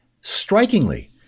strikingly